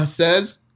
says